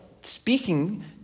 speaking